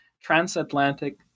Transatlantic